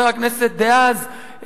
חבר הכנסת דאז,